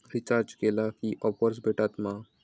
Recharge केला की offers भेटात मा?